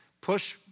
push